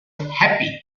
happy